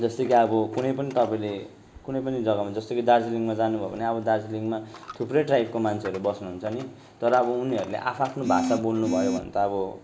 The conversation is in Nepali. जस्तै अब कुनै पनि तपाईँले कुनै पनि जगामा जस्तै कि दार्जिलिङमा जानु भयो भने अब दार्जिलिङमा थुप्रै ट्राइबको मान्छेहरू बस्नु हुन्छ नि तर अब उनीहरूले आफ् आफ्नो भाषा बोल्नु भयो भने त अब